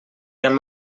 amb